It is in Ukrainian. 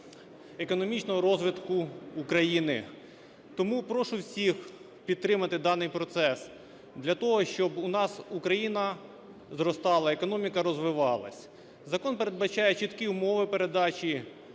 економічного розвитку України. Тому прошу всіх підтримати даний процес для того, щоб у нас Україна зростала, економіка розвивалась. Закон передбачає чіткі умови передачі